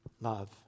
love